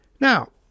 Now